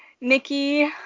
Nikki